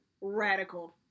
radical